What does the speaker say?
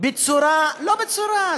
בצורה לא בצורה,